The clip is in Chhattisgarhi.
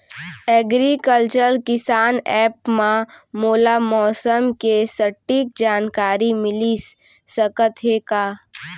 एग्रीकल्चर किसान एप मा मोला मौसम के सटीक जानकारी मिलिस सकत हे का?